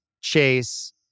Chase